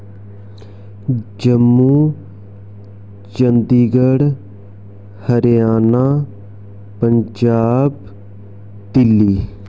Jammu Chandigarh Haryana Punjab Delhi